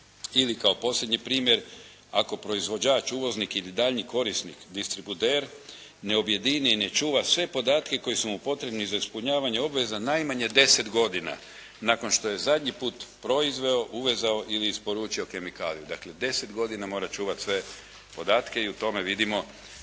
Ili kao posljednji primjer, ako proizvođač, uvoznik ili daljnji korisnik, distributer ne objedini i ne čuva sve podatke koji su mu potrebni za ispunjavanje obveza najmanje 10 godina nakon što je zadnji put proizveo, uvezao ili isporučio kemikaliju. Dakle 10 godina mora čuvati sve podatke i u tome vidimo